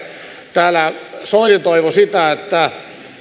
täällä soini toivoi sitä että